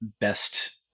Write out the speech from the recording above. best